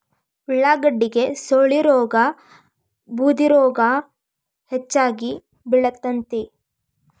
ಉಳಾಗಡ್ಡಿಗೆ ಸೊಳ್ಳಿರೋಗಾ ಬೂದಿರೋಗಾ ಹೆಚ್ಚಾಗಿ ಬಿಳತೈತಿ